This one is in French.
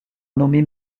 nommé